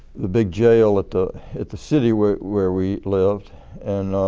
the big jail at the at the city where where we lived and